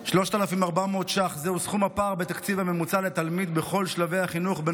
3,400 ש"ח הם סכום הפער בתקציב הממוצע לתלמיד בכל שלבי החינוך בין